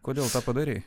kodėl tą padarei